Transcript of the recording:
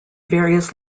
various